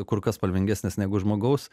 kur kas spalvingesnis negu žmogaus